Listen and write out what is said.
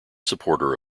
supporter